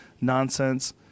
nonsense